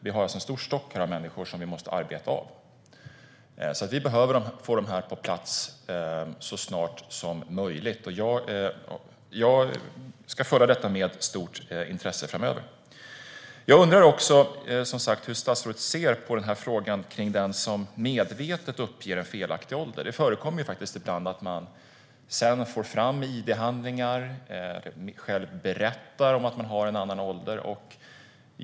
Vi har alltså en stor stock av människor som vi måste arbeta av, och vi behöver få detta på plats så snart som möjligt. Jag ska följa det här med stort intresse framöver. Jag undrar också hur statsrådet ser på frågan om dem som medvetet uppger fel ålder. Det förekommer ju faktiskt att man senare får fram id-handlingar eller att de själva berättar att de har en annan ålder.